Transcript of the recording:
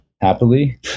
happily